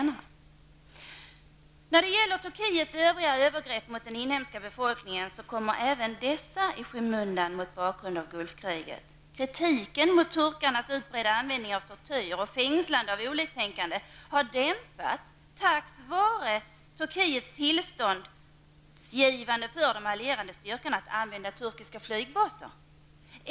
När det gäller Turkiets övriga övergrepp mot den inhemska befolkningen vill jag framhålla att även dessa kommer i skymundan, mot bakgrund av Gulfkriget. Kritiken mot turkarnas utbredda användning av tortyr och deras fängslande av oliktänkande har dämpats tack vare att Turkiet har gett de allierade styrkorna tillstånd att använda turkiska flygbaser.